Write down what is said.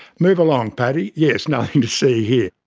move along paddy, yes, nothing to see here